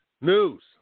News